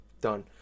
Done